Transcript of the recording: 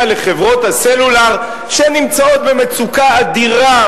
לחברות הסלולר שנמצאות במצוקה אדירה,